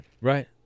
right